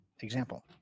example